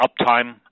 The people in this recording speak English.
uptime